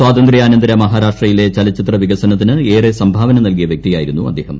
സ്വാതന്ത്ര്യാനന്തര മഹാരാഷ്ട്രയിലെ ചലച്ചിത്ര വികസനത്തിന് ഏറെ സംഭാവന നൽകിയ വ്യക്തിയായിരുന്നു അദ്ദേഹം